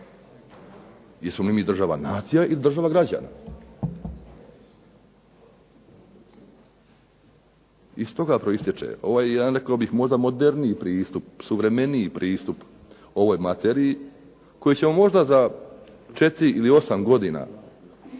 Jesmo li mi država nacija ili država građana? Iz stoga proistječe, ovo je jedan rekao bih možda moderniji pristup, suvremeniji pristup ovoj materiji, koji će možda za 4 ili 8 godina